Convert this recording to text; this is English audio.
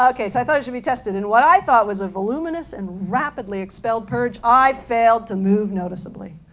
ok, so i thought it should be tested and what i thought was a voluminous and rapidly expel purge, i fail to move noticeably.